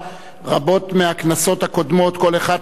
ברבות מהכנסות הקודמות כל אחד טרח,